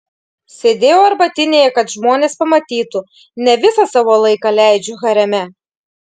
sėdėjau arbatinėje kad žmonės pamatytų ne visą savo laiką leidžiu hareme